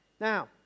Now